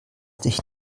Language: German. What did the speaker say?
dich